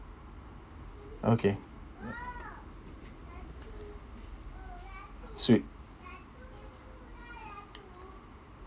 okay sweet